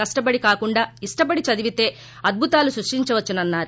కష్టపడి కాకుండా ఇష్టపడి చదివితే అద్బుతాలు సృష్టించవచ్చునన్నారు